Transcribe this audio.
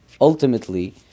ultimately